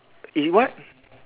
he what